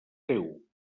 teu